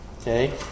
Okay